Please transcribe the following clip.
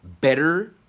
better